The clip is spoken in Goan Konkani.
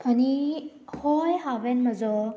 आनी हय हांवेन म्हजो